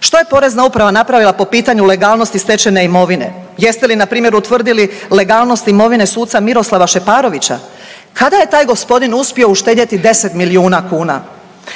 Što je Porezna uprava napravila po pitanju legalnosti stečene imovine? Jeste li npr. utvrdili legalnost imovine suca Miroslava Šeparovića? Kada je taj gospodin uspio uštedjeti 10 milijuna kuna?